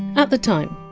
at the time,